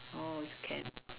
oh it's camp